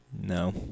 No